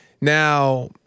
now